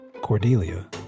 Cordelia